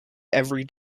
every